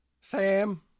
Sam